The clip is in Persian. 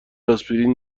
آسپرین